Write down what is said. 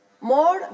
more